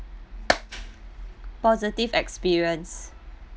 positive experience